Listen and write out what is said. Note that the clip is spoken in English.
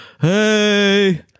hey